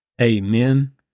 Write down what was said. Amen